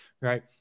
right